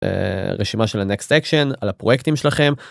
אה... רשימה של הנקסט אקשן על הפרויקטים שלכם.